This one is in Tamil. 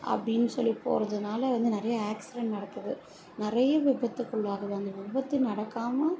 அப்படின்னு சொல்லி போகிறதுனால வந்து நிறைய ஆக்சிடெண்ட் நடக்குது நிறைய விபத்துக்குள்ளாகுது அந்த விபத்து நடக்காமல்